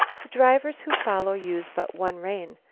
the drivers who follow use but one rein.